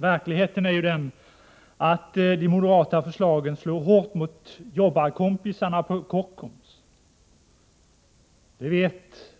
Verkligheten är ju den, att de moderata förslagen slår hårt mot jobbarkompisarna på Kockums. Det vet